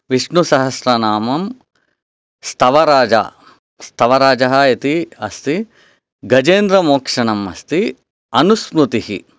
विष्णुसहस्रनामं स्तवराज स्तवराजः इति अस्ति गजेन्द्रमोक्षणम् अस्ति अनुस्मृतिः